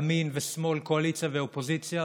ימין ושמאל, קואליציה ואופוזיציה,